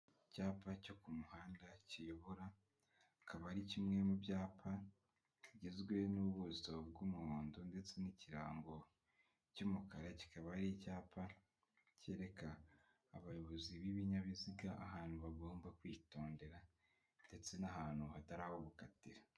Icyapa cyo ku muhanda kiyobora, akaba ari kimwe mu byapa kigizwe n'ubuso bw'umuhondo ndetse n'ikirango cy'umukara kikaba ari icyapa kereka abayobozi b'ibinyabiziga ahantu bagomba kwitondera ndetse n'ahantu hatari aho gukatira.